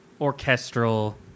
orchestral